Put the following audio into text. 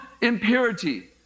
impurity